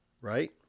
Right